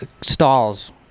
stalls